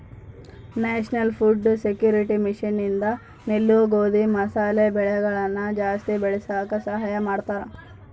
national food security mission ಇಂದ ನೆಲ್ಲು ಗೋಧಿ ಮಸಾಲೆ ಬೆಳೆಗಳನ ಜಾಸ್ತಿ ಬೆಳಸಾಕ ಸಹಾಯ ಮಾಡ್ತಾರ